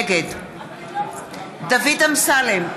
נגד דוד אמסלם,